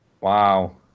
Wow